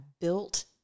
built